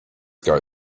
guy